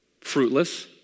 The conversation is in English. fruitless